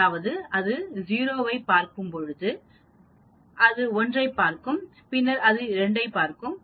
அதாவது அது 0 ஐப் பார்க்கும் அது 1 ஐப் பார்க்கும் பின்னர் அது 2 ஐப் பார்க்கும்